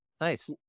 Nice